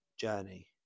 journey